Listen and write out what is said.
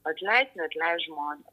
atleist neatleist žmones